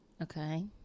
Okay